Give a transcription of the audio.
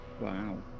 Wow